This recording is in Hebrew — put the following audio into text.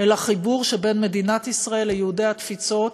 אלא לחיבור בין מדינת ישראל ליהודי התפוצות,